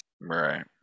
Right